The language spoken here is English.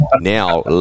now